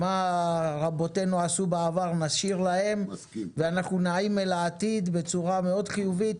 מה רבותינו עשו בעבר נשאיר להם ואנחנו נעים אל העתיד בצורה מאוד חיובית,